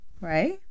Right